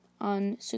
on